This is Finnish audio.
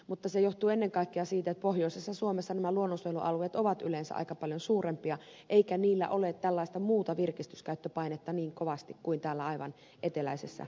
mutta se johtuu ennen kaikkea siitä että pohjoisessa suomessa nämä luonnonsuojelualueet ovat yleensä aika paljon suurempia eikä niillä ole tällaista muuta virkistyskäyttöpainetta niin kovasti kuin täällä aivan eteläisessä suomessa